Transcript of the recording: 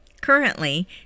Currently